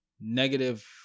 negative